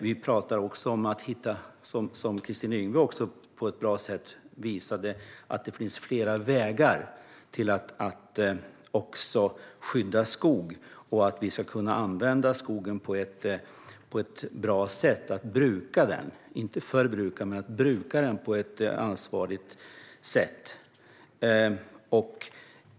Vi pratar också om, som Kristina Yngwe visade på ett bra sätt, att det finns flera vägar till att skydda skog och att vi ska kunna använda skogen på ett bra sätt och inte förbruka den utan bruka den på ett ansvarsfullt sätt.